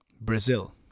Brazil